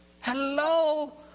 hello